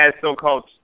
so-called